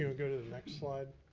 go to the next slide.